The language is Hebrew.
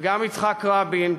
וגם יצחק רבין,